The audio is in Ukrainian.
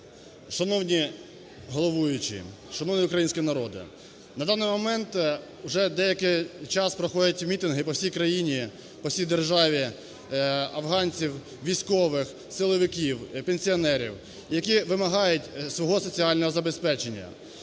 шановний головуючий, шановний український народе! На даний момент уже деякий час проходять мітинги по всій країні, по всій державі афганців, військових, силовиків, пенсіонерів, які вимагають свого соціального забезпечення.